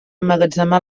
emmagatzemar